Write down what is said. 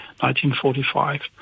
1945